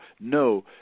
no